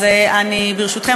אז ברשותכם,